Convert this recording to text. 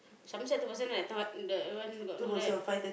Somerset that one got do right